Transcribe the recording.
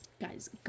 guys